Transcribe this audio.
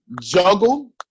juggle